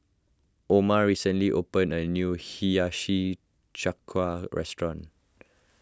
Oma recently opened a new Hiyashi Chuka restaurant